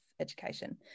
education